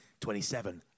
27